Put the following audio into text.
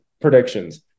predictions